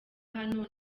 hano